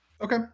Okay